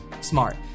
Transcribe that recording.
smart